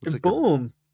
Boom